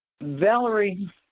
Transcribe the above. Valerie